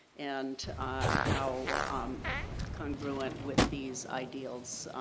and how um congruent with these ideals.